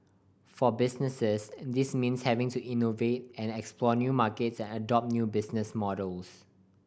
for businesses this means having to innovate and explore new markets and adopt new business models